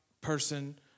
person